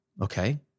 Okay